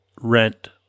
rent